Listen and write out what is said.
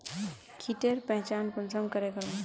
कीटेर पहचान कुंसम करे करूम?